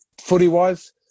footy-wise